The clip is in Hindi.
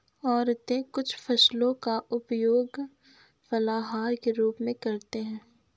औरतें कुछ फसलों का उपयोग फलाहार के रूप में करते हैं